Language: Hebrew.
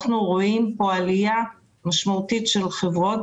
אנחנו רואים כאן עלייה משמעותית של חברות.